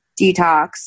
detox